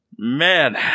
Man